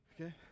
Okay